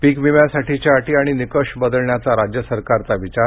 पीक विम्यासाठीच्या अटी आणि निकष बदलण्याचा राज्य सरकारचा विचार